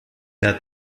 der